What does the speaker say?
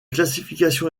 classification